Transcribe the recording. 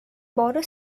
borrow